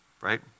right